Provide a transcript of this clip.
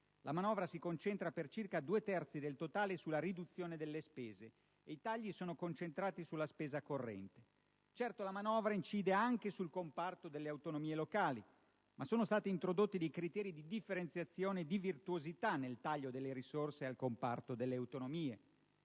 La manovra si concentra per circa due terzi del totale sulla riduzione delle spese e i tagli sono concentrati sulla spesa corrente. Certo, la manovra incide anche sul comparto delle autonomie locali, ma sono stati introdotti criteri di differenziazione di virtuosità nel taglio delle risorse al comparto delle autonomie.